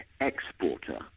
exporter